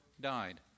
died